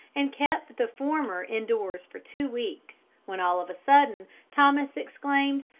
and kept the former in-doors for two weeks, when all of a sudden thomas exclaimed,